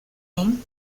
name